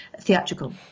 theatrical